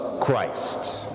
Christ